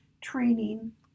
training